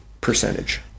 percentage